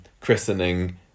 christening